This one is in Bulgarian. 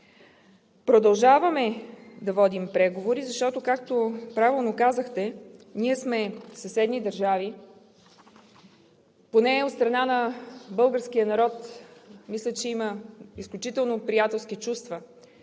Продължаваме да водим преговори, защото, както правилно казахте, ние сме съседни държави. Поне от страна на българския народ мисля, че има изключително приятелски чувства